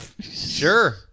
Sure